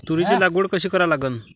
तुरीची लागवड कशी करा लागन?